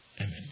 Amen